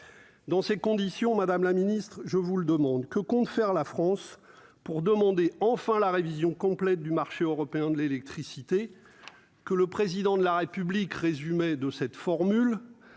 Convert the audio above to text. Dans ces conditions, Madame la Ministre, je vous le demande : que compte faire la France pour demander enfin la révision complète du marché européen de l'électricité